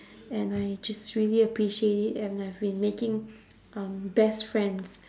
and I just really appreciate it and I've been making um best friends